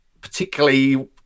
particularly